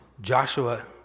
Joshua